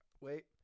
wait